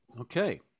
Okay